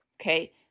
okay